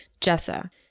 jessa